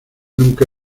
nunca